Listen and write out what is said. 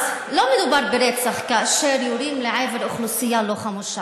אז לא מדובר ברצח כאשר יורים לעבר אוכלוסייה לא חמושה.